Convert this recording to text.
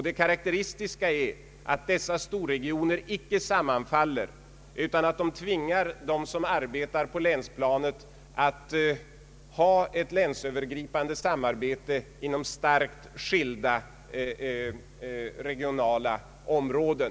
Det karaktäristiska är att dessa storregioner icke sinsemellan sammanfaller utan att de tvingar dem som arbetar på länsplanet att ha ett länsövergripande samarbete inom starkt skilda regionala områden.